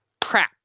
crap